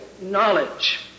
knowledge